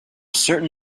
certain